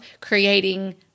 creating